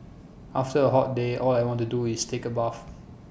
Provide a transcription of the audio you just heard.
after A hot day all I want to do is take A bath